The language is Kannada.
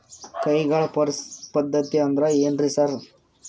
ಕೈಗಾಳ್ ಪದ್ಧತಿ ಅಂದ್ರ್ ಏನ್ರಿ ಸರ್?